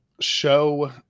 show